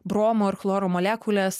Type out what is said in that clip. bromo ir chloro molekulės